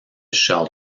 shell